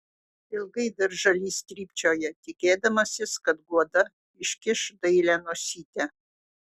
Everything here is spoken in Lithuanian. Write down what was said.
ilgai dar žalys trypčioja tikėdamasis kad guoda iškiš dailią nosytę